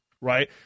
right